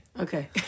Okay